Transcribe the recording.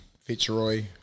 Fitzroy